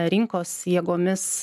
rinkos jėgomis